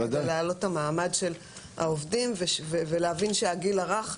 ולהעלות את המעמד של העובדים ולהבין שהגיל הרך,